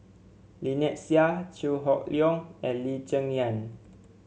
Lynnette Seah Chew Hock Leong and Lee Cheng Yan